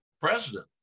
president